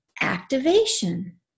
activation